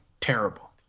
terrible